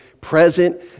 present